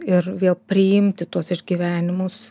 ir vėl priimti tuos išgyvenimus